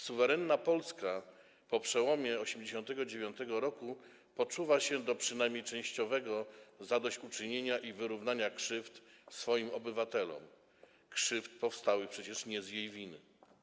Suwerenna Polska po przełomie 1989 r. poczuwa się do przynajmniej częściowego zadośćuczynienia i wyrównania krzywd swoim obywatelom, krzywd powstałych przecież nie z jej winy.